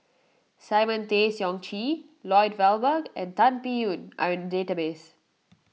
Simon Tay Seong Chee Lloyd Valberg and Tan Biyun are in the database